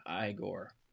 Igor